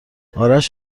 آرش